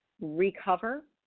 recover